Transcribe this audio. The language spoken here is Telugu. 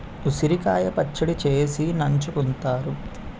ఉసిరికాయ పచ్చడి చేసి నంచుకుంతారు